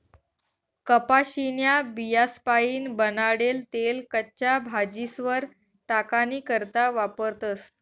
कपाशीन्या बियास्पाईन बनाडेल तेल कच्च्या भाजीस्वर टाकानी करता वापरतस